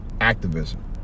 activism